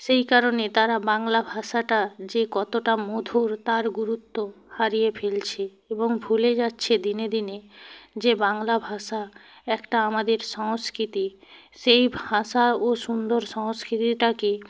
সেই কারণে তারা বাংলা ভাষাটা যে কতটা মধুর তার গুরুত্ব হারিয়ে ফেলছে এবং ভুলে যাচ্ছে দিনে দিনে যে বাংলা ভাষা একটা আমাদের সংস্কৃতি সেই ভাষা ও সুন্দর সংস্কৃতিটাকে